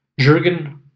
Jürgen